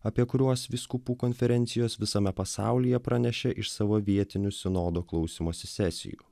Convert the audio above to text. apie kuriuos vyskupų konferencijos visame pasaulyje pranešė iš savo vietinių sinodo klausymosi sesijų